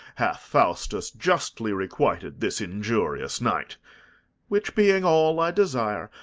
hath faustus justly requited this injurious knight which being all i desire,